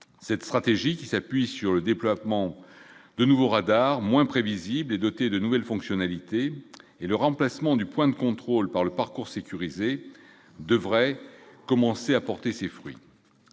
cette stratégie qui s'appuie sur le déploiement de nouveaux radars, moins prévisible et dotée de nouvelles fonctionnalités et le remplacement du point de contrôle par le parcours sécurisé devrait commencer à porter ses fruits,